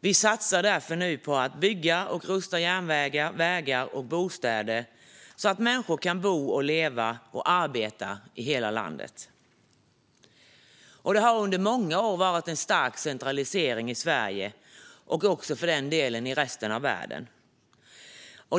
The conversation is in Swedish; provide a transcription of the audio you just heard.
Vi satsar därför nu på att bygga och rusta järnvägar, vägar och bostäder, så att människor kan bo, leva och arbeta i hela landet. Det har under många år varit en stark centralisering i Sverige, och för den delen också i resten av världen.